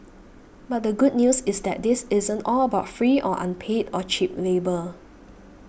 but the good news is that this isn't all about free or unpaid or cheap labour